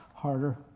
harder